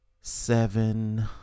seven